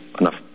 enough